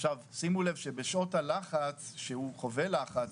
עכשיו שימו לב שבשעות הלחץ שהוא חווה לחץ,